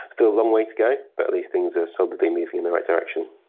still a long way to go but at least things are solidly moving in the right direction.